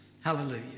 Hallelujah